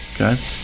Okay